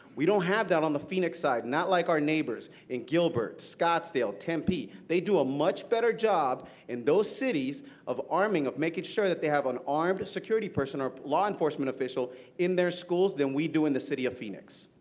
we don't have that on the phoenix side, not like our neighbors in gilbert, scottsdale, tempe. they do a much better job in those cities of arming making sure that they have an armed security person or law enforcement official in their schools than we do in the city of phoenix.